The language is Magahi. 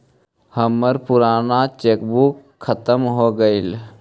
हमर पूराना चेक बुक खत्म हो गईल